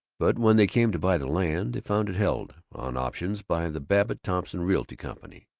but when they came to buy the land they found it held, on options, by the babbitt-thompson realty company.